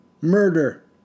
Murder